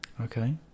Okay